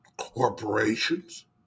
corporations